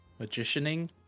Magicianing